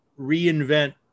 reinvent